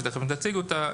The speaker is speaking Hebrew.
שתכף יציגו אותה,